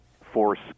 force